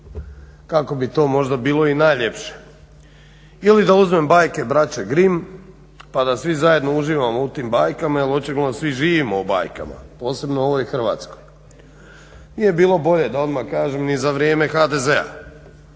kako bi to možda bilo i najljepše ili da uzmem bajke braće Grimm pa da svi zajedno uživamo u tim bajkama jer očigledno svi živimo u bajkama, posebno u ovoj Hrvatskoj. Nije bilo bolje da odmah kažem ni za vrijeme HDZ-a,